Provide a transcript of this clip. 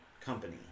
company